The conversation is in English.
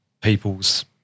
people's